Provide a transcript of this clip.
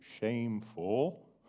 shameful